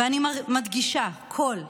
ואני מדגישה: כל אזרחיה.